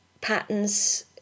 patterns